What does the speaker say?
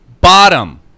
Bottom